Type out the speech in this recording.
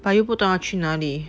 but 又不懂要去哪里